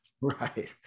Right